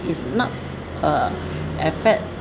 is not uh affect